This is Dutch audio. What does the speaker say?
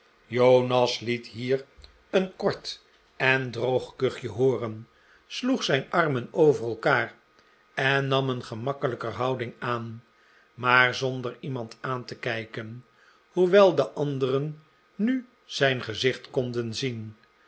jonas liet hier een kort en droog kuchje hooren sloeg zijn armen over elkaar en nam een gemakkelijker houding aan maar zonder iemand aan te kijken hoewel de anderen nu zijn gezicht konden zien